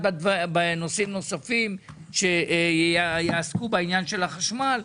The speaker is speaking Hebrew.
בנושאים נוספים שיעסקו בעניין של החשמל.